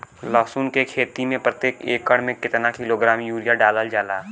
लहसुन के खेती में प्रतेक एकड़ में केतना किलोग्राम यूरिया डालल जाला?